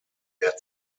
mehr